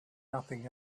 nothing